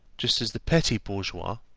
just as the petty bourgeois,